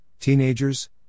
teenagers